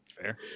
Fair